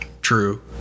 true